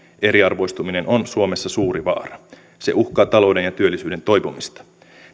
eriarvoistuminen on suomessa suuri vaara se uhkaa talouden ja työllisyyden toipumista